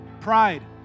Pride